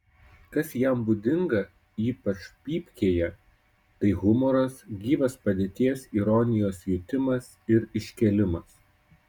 kas jam būdinga ypač pypkėje tai humoras gyvas padėties ironijos jutimas ir iškėlimas